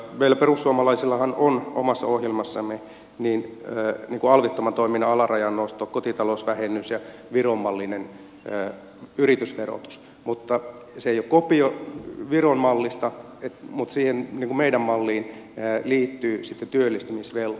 meillä perussuomalaisillahan on omassa ohjelmassamme alvittoman toiminnan alarajan nosto kotitalousvähennys ja viron mallinen yritysverotus mutta se ei ole kopio viron mallista mutta siihen meidän malliin liittyy sitten työllistämisvelvoite